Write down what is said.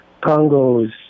Congo's